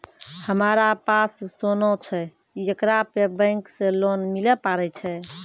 हमारा पास सोना छै येकरा पे बैंक से लोन मिले पारे छै?